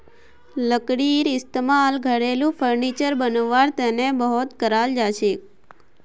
लकड़ीर इस्तेमाल घरेलू फर्नीचर बनव्वार तने बहुत कराल जाछेक